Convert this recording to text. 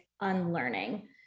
unlearning